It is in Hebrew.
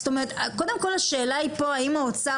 זאת אומרת קודם כל השאלה היא פה האם האוצר